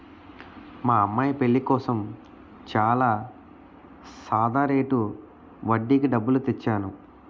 మా అమ్మాయి పెళ్ళి కోసం చాలా సాదా రేటు వడ్డీకి డబ్బులు తెచ్చేను